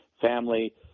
family